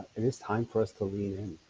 it is time for us to lean in.